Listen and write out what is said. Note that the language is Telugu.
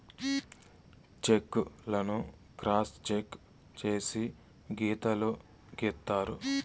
చెక్ లను క్రాస్ చెక్ చేసి గీతలు గీత్తారు